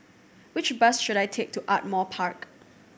which bus should I take to Ardmore Park